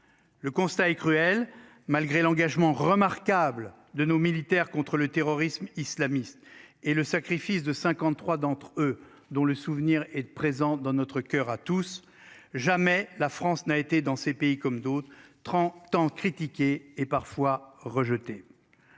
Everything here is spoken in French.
Le constat est cruel. Malgré l'engagement remarquable de nos militaires contre le terrorisme islamiste et le sacrifice de 53 d'entre eux dont le souvenir est présente dans notre coeur à tous jamais la France n'a été dans ces pays comme d'autres. Tant critiqué et parfois rejeté.